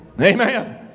Amen